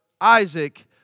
Isaac